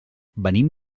venim